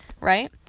right